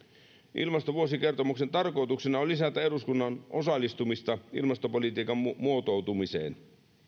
ilmastovuosikertomuksen tarkoituksena on lisätä eduskunnan osallistumista ilmastopolitiikan muotoutumiseen